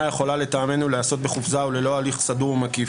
יכולה לטעמנו להיעשות בחופזה וללא הליך סדור ומקיף.